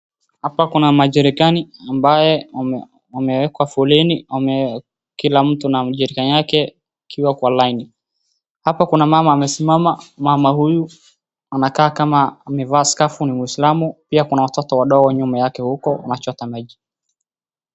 Hapa kuna ma jerikani ambaye yamewekwa foleni kila mtu na jerican yake akiwa laini , hapa kuna mama amesimama mama huyu anakaa kama amevaa scafu ni muislamu pia kuna watoto wadogo nyuma yake huko wanachota maji.